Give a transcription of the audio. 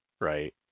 right